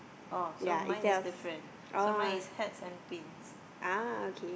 oh so mine is different so mine is hats and pins